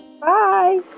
bye